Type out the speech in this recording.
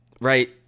Right